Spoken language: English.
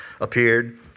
appeared